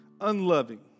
unloving